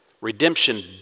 Redemption